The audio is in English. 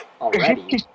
already